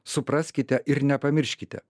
supraskite ir nepamirškite